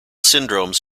syndromes